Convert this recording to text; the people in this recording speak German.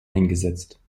eingesetzt